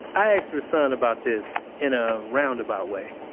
i asked rahsaan about this in a roundabout way.